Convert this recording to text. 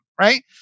right